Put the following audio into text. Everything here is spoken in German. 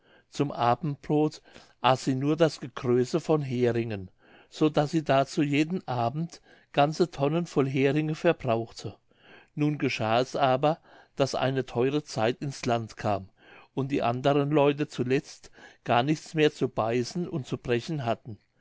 zum abendbrod aß sie nur das gekröse von heringen so daß sie dazu jeden abend ganze tonnen voll heringe verbrauchte nun geschah es aber daß eine theure zeit ins land kam und die anderen leute zuletzt gar nichts mehr zu beißen und zu brechen hatten